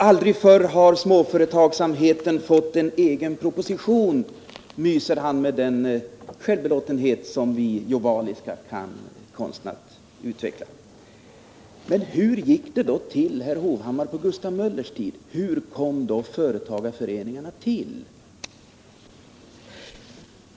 ”Aldrig förr har småföretagsamheten fått en egen proposition”, myser han självbelåtet. Men hur gick det då till, Erik Hovhammar, på Gustav Möllers tid? Hur kom företagarföreningarna till?